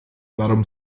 warum